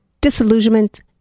disillusionment